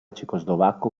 cecoslovacco